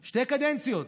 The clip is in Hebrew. שתי קדנציות,